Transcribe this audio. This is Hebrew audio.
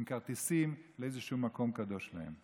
עם כרטיסים לאיזשהו מקום קדוש להם.